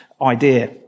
idea